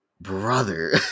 Brother